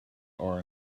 are